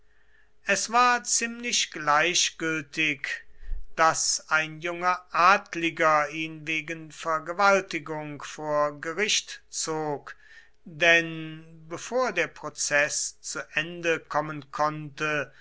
es war ziemlich gleichgültig daß ein junger adliger ihn wegen vergewaltigung vor gericht zog denn bevor der prozeß zu ende kommen konnte